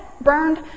burned